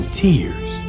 tears